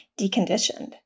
deconditioned